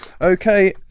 okay